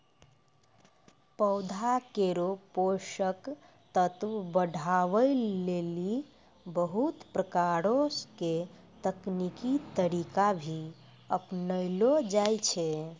पौधा केरो पोषक तत्व बढ़ावै लेलि बहुत प्रकारो के तकनीकी तरीका भी अपनैलो जाय छै